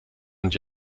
und